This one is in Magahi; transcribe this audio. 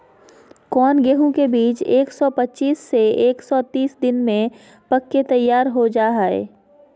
कौन गेंहू के बीज एक सौ पच्चीस से एक सौ तीस दिन में पक के तैयार हो जा हाय?